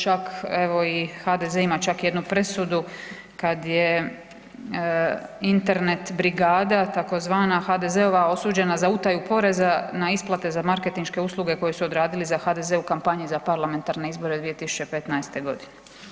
Čak evo i HDZ-e ima čak jednu presudu kada je Internet brigada tzv. HDZ-ova osuđena za utaju poreza na isplate za marketinške usluge koje su odradili za HDZ-e u kampanji za parlamentarne izbore 2015. godine.